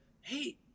hey